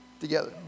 together